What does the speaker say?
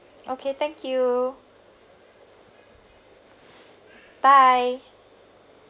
okay thank you bye